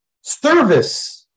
service